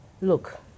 look